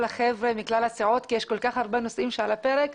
החבר'ה מכלל הסיעות כי יש כל כך הרבה נושאים שעל הפרק.